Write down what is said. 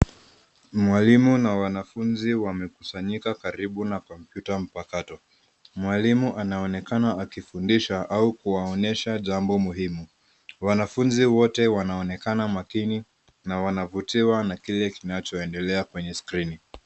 Mwalimu na wanafunzi wamekusanyika karibu na komputa mpakato. Mwalimu anaonekana akifundisha au kuwaonyesha jambo muhimu. Wanafunzi wote wanaonekana makini na wanavutiwa na kile kinacho endelea kwenye skrini.